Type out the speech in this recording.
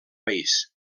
país